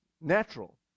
natural